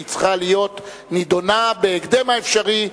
שצריכה להיות נדונה בהקדם האפשרי,